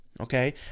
Okay